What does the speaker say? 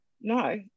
no